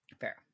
Fair